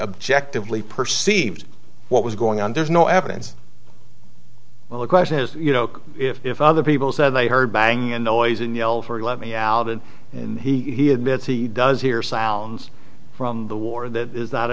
objectively perceived what was going on there's no evidence well the question is you know if other people said they heard banging noise and yell for let me out it and he admits he does hear sounds from the war that is not